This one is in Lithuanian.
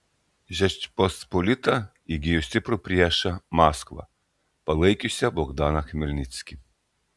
žečpospolita įgijo stiprų priešą maskvą palaikiusią bogdaną chmelnickį